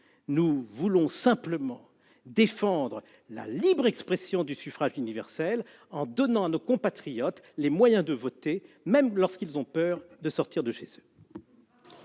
-, mais simplement pour défendre la libre expression du suffrage universel en donnant à nos compatriotes les moyens de voter, même lorsqu'ils ont peur de sortir de chez eux.